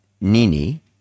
Nini